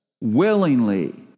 willingly